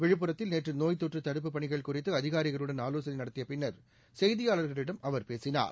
விழுப்புரத்தில் நேற்று நோய்த்தொற்று தடுப்பு பணிகள் குறித்து அதிகாரிகளுடன் ஆலோசளை நடத்திய பின்னர் செய்தியாளர்களிடம் அவர் பேசினார்